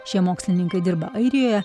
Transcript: šie mokslininkai dirba airijoje